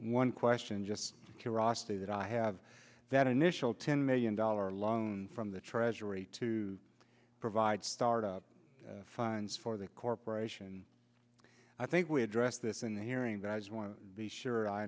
one question just curiosity that i have that initial ten million dollar loan from the treasury to provide start up fines for the corporation i think we addressed this in the hearing that i just want to be sure i